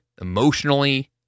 emotionally